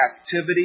activity